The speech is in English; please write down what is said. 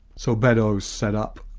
so beddoes set up